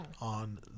On